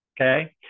Okay